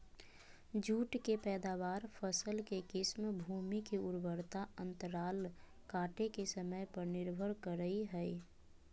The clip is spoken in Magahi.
जुट के पैदावार, फसल के किस्म, भूमि के उर्वरता अंतराल काटे के समय पर निर्भर करई हई